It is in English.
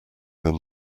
than